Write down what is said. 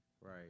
Right